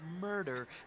murder